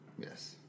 Yes